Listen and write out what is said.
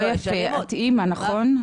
לא יפה, את אמא, נכון?